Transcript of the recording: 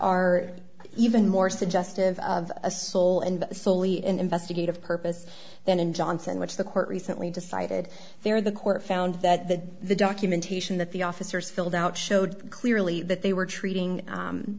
are even more suggestive of a soul and solely in investigative purpose and in johnson which the court recently decided there the court found that that the documentation that the officers filled out showed clearly that they were treating